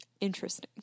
interesting